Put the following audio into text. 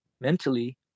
mentally